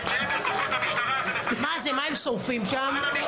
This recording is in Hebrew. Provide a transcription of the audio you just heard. מה הם שורפים שם?